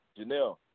Janelle